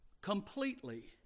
Completely